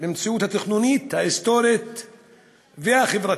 במציאות התכנונית, ההיסטורית והחברתית.